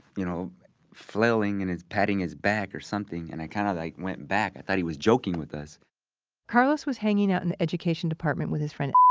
you know flailing and is patting his back or something. and i kinda kind of like went back. i thought he was joking with us carlos was hanging out in the education department with his friend